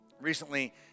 Recently